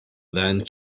then